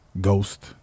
ghost